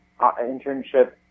internship